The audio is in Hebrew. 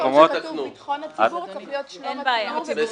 היכן שכתוב "ביטחון הציבור" צריך להיות "שלום הציבור וביטחונו".